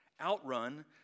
outrun